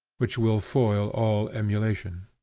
which will foil all emulation.